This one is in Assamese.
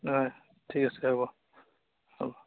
হয় ঠিক আছে হ'ব হ'ব